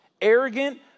arrogant